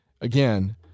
again